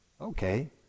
Okay